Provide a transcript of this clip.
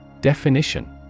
Definition